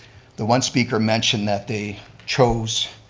the one speaker mentioned that they chose